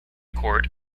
court